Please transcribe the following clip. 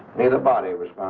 day the body was